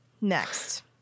next